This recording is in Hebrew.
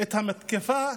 את המתקפה,